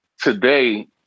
today